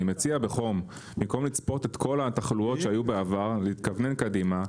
אני מציע בחום במקום לצפות את כל התחלואות שהיו בעבר להתכוונן קדימה,